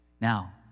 Now